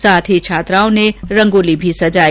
साथ ही छात्राओं ने रंगोली सजाई